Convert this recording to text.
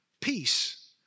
peace